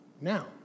Now